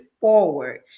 forward